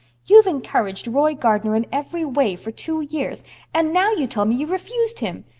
you've encouraged roy gardner in every way for two years and now you tell me you've refused him.